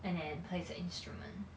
and then plays an instrument